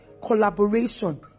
collaboration